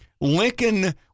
Lincoln